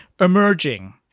emerging